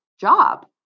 job